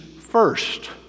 first